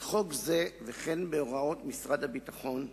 בחוק זה, וכן בהוראות משרד הביטחון,